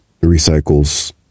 recycles